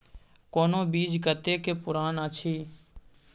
कोनो बीज कतेक पुरान अछि?